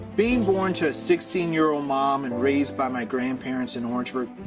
being born to a sixteen year old mom, and raised by my grandparents in orangeburg,